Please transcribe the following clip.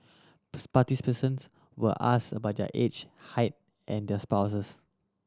participants were ask about their age height and their spouses